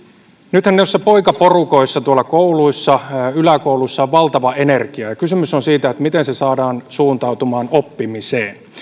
nythän noissa poikaporukoissa tuolla kouluissa yläkouluissa on valtava energia ja kysymys on siitä miten se saadaan suuntautumaan oppimiseen